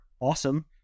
Awesome